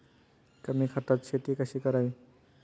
कमी खतात शेती कशी करावी?